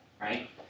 right